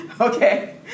Okay